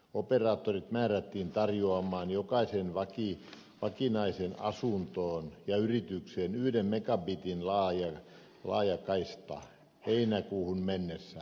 operaattorit määrättiin tarjoamaan jokaiseen vakinaiseen asuntoon ja yritykseen yhden megabitin laajakaista heinäkuuhun mennessä